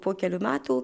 po kelių metų